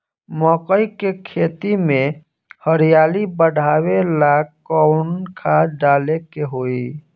मकई के खेती में हरियाली बढ़ावेला कवन खाद डाले के होई?